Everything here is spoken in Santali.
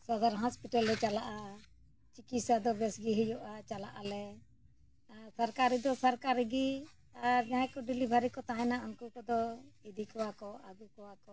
ᱥᱟᱫᱷᱟᱨᱚᱱ ᱦᱚᱥᱯᱤᱴᱟᱞ ᱞᱮ ᱪᱟᱞᱟᱜᱼᱟ ᱪᱤᱠᱤᱥᱥᱟ ᱫᱚ ᱵᱮᱥᱜᱮ ᱦᱩᱭᱩᱜᱼᱟ ᱪᱟᱞᱟᱜ ᱟᱞᱮ ᱥᱚᱨᱠᱟᱨᱤ ᱫᱚ ᱥᱚᱨᱠᱟᱨᱤᱜᱮ ᱟᱨ ᱡᱟᱦᱟᱸᱭ ᱠᱚ ᱰᱮᱞᱤᱵᱷᱟᱨᱤ ᱠᱚ ᱛᱟᱦᱮᱱᱟ ᱩᱱᱠᱩ ᱠᱚᱫᱚ ᱤᱫᱤ ᱠᱚᱣᱟ ᱠᱚ ᱟᱹᱜᱩ ᱠᱚᱣᱟ ᱠᱚ